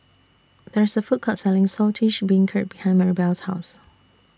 There IS A Food Court Selling Saltish Beancurd behind Marybelle's House